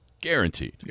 Guaranteed